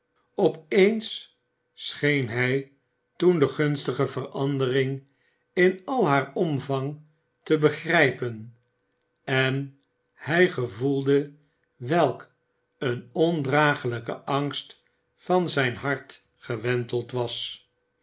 op eens scheen hij toen de gunstige verandering in al haar omvang te begrijpen en hij gevoelde welk een ondraaglijke angst van zijn hart gewenteld was